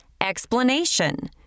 Explanation